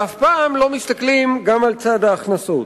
ואף פעם לא מסתכלים גם על צד ההכנסות.